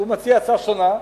הוא מציע הצעה שונה,